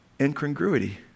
incongruity